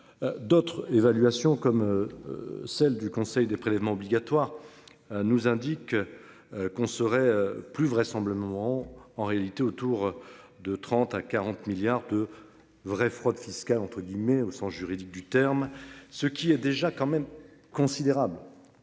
D'autres évaluations comme. Celle du Conseil des prélèvements obligatoires. Nous indique. Qu'on serait plus vraisemblablement en réalité autour de 30 à 40 milliards de vraies fraude fiscale entre guillemets au sens juridique du terme. Ce qui a déjà quand même considérable.